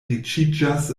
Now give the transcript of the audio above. riĉiĝas